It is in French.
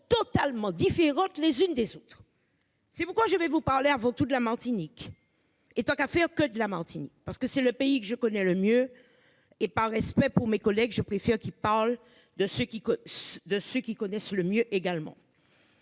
totalement différentes les unes des autres.-- C'est pourquoi je vais vous parler avant tout de la Martinique et tant qu'à faire que de la Martinique, parce que c'est le pays que je connais le mieux, et par respect pour mes collègues, je préfère qu'il parle de ceux qui. De ceux qui connaissent le mieux également.--